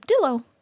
Dillo